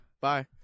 Bye